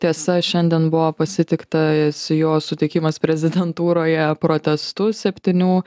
tiesa šiandien buvo pasitikta jis jo sutikimas prezidentūroje protestu septynių